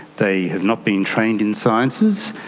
they have not been trained in sciences.